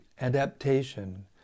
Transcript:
adaptation